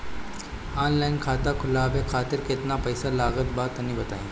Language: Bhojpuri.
ऑनलाइन खाता खूलवावे खातिर केतना पईसा लागत बा तनि बताईं?